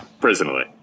personally